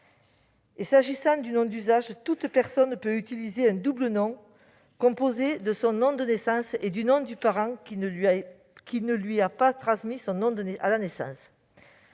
» Comme nom d'usage, toute personne peut utiliser un double nom, composé de son nom de naissance et du nom du parent qui ne le lui a pas transmis à la naissance.